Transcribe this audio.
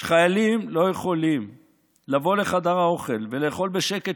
כשחיילים לא יכולים לבוא לחדר האוכל ולאכול שם בשקט,